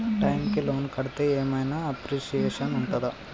Time కి loan కడ్తే ఏం ఐనా అప్రిషియేషన్ ఉంటదా?